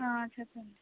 చెప్పండి